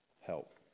help